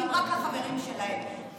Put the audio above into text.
דואגים רק לחברים שלהם.